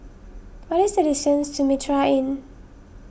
what is the distance to Mitraa Inn